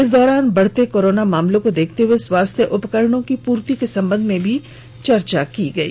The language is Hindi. इस दौरान बढ़ते कोरोना मामलों को देखते हुए स्वास्थ्य उपकरणों की पूर्ति के संबंध में भी चर्चा की गई